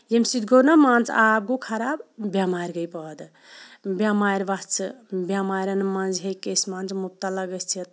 یمہِ سۭتۍ گوٚو نہَ مان ژٕ آب گوٚو خَراب بیٚمارِ گٔے پٲدٕ بیٚمارِ ووژھٕ بیٚماریٚن مَنٛز ہیٚکۍ أسۍ مان ژٕ مُبتلا گٔژھِتھ